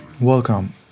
Welcome